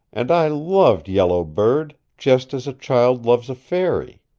and i loved yellow bird, just as a child loves a fairy.